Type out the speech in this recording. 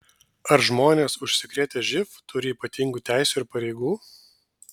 ar žmonės užsikrėtę živ turi ypatingų teisių ir pareigų